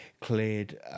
cleared